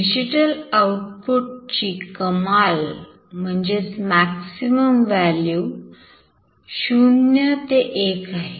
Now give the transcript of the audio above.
digital आउटपुटची कमाल value 0 ते 1 आहे